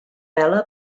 vela